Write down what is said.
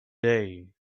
day